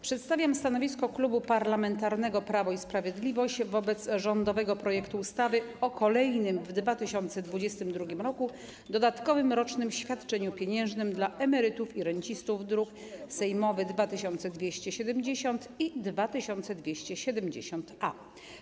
Przedstawiam stanowisko Klubu Parlamentarnego Prawo i Sprawiedliwość wobec rządowego projektu ustawy o kolejnym w 2022 r. dodatkowym rocznym świadczeniu pieniężnym dla emerytów i rencistów, druki sejmowe nr 2270 i 2270-A.